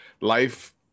life